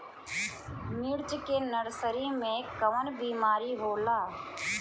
मिर्च के नर्सरी मे कवन बीमारी होला?